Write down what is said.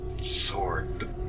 Sword